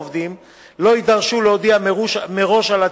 העובדים לא יידרשו להודיע מראש על הטיפולים,